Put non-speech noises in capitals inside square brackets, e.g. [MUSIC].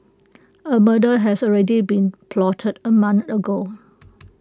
A murder has already been plotted A month ago [NOISE]